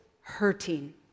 hurting